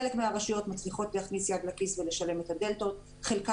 חלק מהרשויות מצליחות להכניס יד לכיס ולשלם אבל חלקן